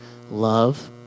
Love